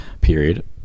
period